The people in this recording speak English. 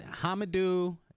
Hamadou